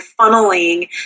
funneling